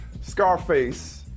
Scarface